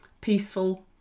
peaceful